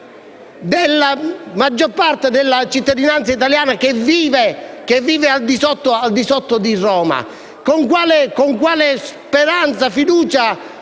della maggior parte dei cittadini italiani che vivono al di sotto di Roma? Con quale speranza e fiducia